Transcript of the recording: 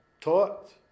taught